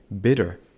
bitter